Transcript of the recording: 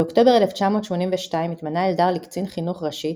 באוקטובר 1982 התמנה אלדר לקצין חינוך ראשי,